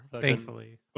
Thankfully